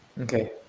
Okay